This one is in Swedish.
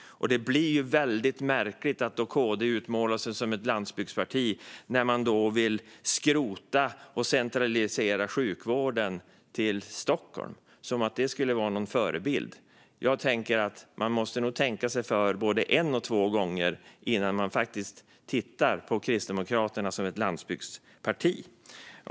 Det blir väldigt märkligt att KD utmålar sig som ett landsbygdsparti när det vill skrota det och centralisera sjukvården till Stockholm, som att det skulle vara någon förebild. Man måste nog tänka sig för både en och två gånger innan man tittar på Kristdemokraterna som ett landsbygdsparti.